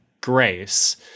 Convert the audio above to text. grace